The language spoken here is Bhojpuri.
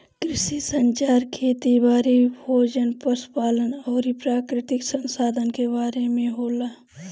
कृषि संचार खेती बारी, भोजन, पशु पालन अउरी प्राकृतिक संसधान के बारे में होला